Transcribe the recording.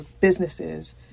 businesses